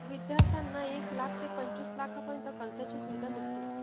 विद्यार्थ्यांना एक लाख ते पंचवीस लाखांपर्यंत कर्जाची सुविधा मिळते